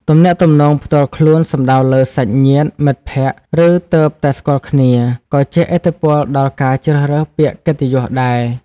ទំនាក់ទំនងផ្ទាល់ខ្លួនសំដៅលើ សាច់ញាតិ មិត្តភក្តិ ឬទើបតែស្គាល់គ្នា ក៏ជះឥទ្ធិពលដល់ការជ្រើសរើសពាក្យកិត្តិយសដែរ។